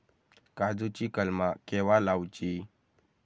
काजुची कलमा केव्हा लावची?